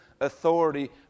authority